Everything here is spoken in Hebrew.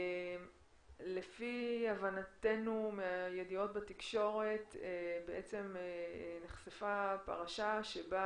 לפי הבנתנו מהידיעות בתקשורת נחשפה פרשה, שבה